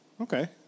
Okay